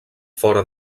fora